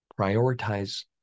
prioritize